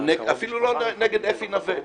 אפילו לא נגד אפי נוה.